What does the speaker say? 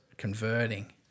Converting